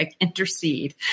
intercede